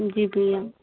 जी भैया